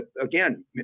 Again